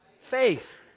faith